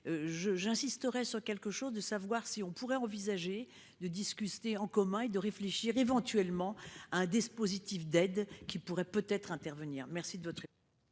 j'insisterai sur quelque chose de savoir si on pourrait envisager de discuter en commun et de réfléchir, éventuellement un dispositif d'aide qui pourrait peut-être intervenir. Merci de votre.